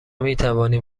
میتوانیم